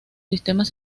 sistemas